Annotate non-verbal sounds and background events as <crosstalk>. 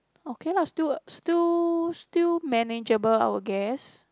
okay lah still <noise> still still manageable I would guess